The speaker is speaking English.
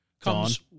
comes